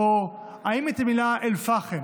או האם המילה "אל-פחם"